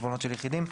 חשבונות של יחידים.